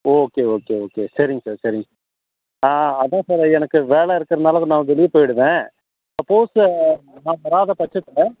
okay okay okay சரிங் sir சரிங் ஆ அதான் சார் எனக்கு வேலை இருக்கனால நான் வெளியே போய்விடுவன் சப்போஸ்சு நான் வராத பட்சத்தில்